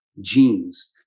genes